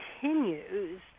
continues